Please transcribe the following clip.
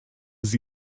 sie